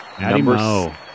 number